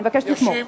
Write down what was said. אני מבקשת לתמוך.